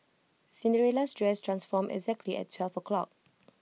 Cinderella's dress transformed exactly at twelve o' clock